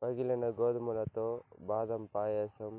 పగిలిన గోధుమలతో బాదం పాయసం,